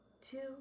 two